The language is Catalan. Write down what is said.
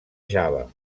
java